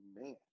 man